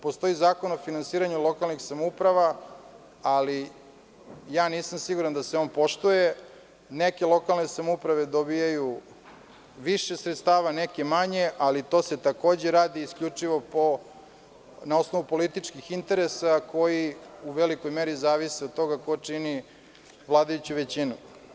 Postoji zakon o finansiranju lokalnih samouprava, ali nisam siguran da se on poštuje neke lokalne samouprave dobijaju više sredstava neke manje, ali to se takođe radi isključivo na osnovu političkih interesa koji u velikoj meri zavise od toga ko čini vladajuću većinu.